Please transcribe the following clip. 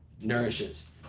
nourishes